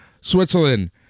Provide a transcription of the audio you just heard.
Switzerland